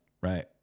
Right